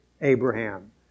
Abraham